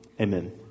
Amen